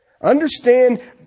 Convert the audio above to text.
Understand